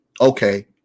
okay